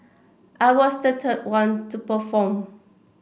I was third one to perform